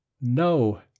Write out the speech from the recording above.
No